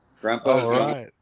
Grandpa